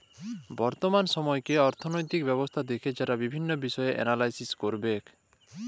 বর্তমাল সময়কার অথ্থলৈতিক ব্যবস্থা দ্যাখে যারা বিভিল্ল্য বিষয় এলালাইস ক্যরবেক